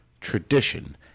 tradition